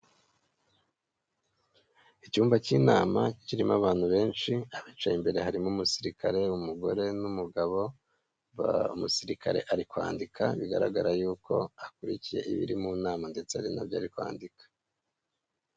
Icyumba cy'inama kirimo abantu benshi, abacaye imbere harimo umusirikare umugore n'umugabo, umusirikare ari kwandika bigaragara yuko akurikiye ibiri mu nama ndetse ari na byo ari kwandika.